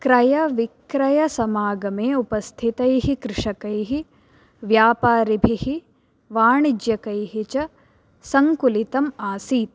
क्रयविक्रयसमागमे उपस्थितैः कृषकैः व्यापारिभिः वाणिज्यकैः च सङ्कुलितम् आसीत्